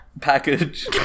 package